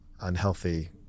unhealthy